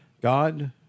God